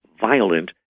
violent